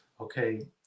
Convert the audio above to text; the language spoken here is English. okay